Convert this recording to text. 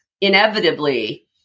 inevitably